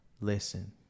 listen